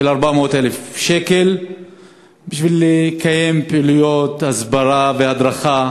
400,000 שקל בשביל לקיים פעילויות הסברה והדרכה,